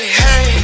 hey